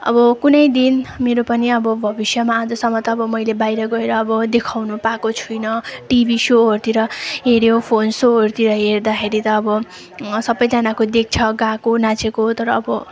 अब कुनै दिन मेरो पनि अब भविष्यमा अझसम्म त अब मैले बाहिर गएर अब देखाउनु पाएको छुइनँ टिभी सोहरूतिर हेऱ्यो फोन सोहरूतिर हेर्दाखेरि त अब सबैजनाको देख्छ गाएको नाचेको तर अब